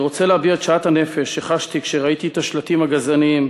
אני רוצה להביע את שאט הנפש שחשתי כשראיתי את השלטים הגזעניים,